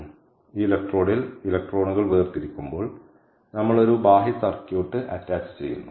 അതിനാൽ ഈ ഇലക്ട്രോഡിൽ ഇലക്ട്രോണുകൾ വേർതിരിക്കുമ്പോൾ നമ്മൾ ഒരു ബാഹ്യ സർക്യൂട്ട് അറ്റാച്ചുചെയ്യുന്നു